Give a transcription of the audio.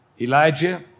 Elijah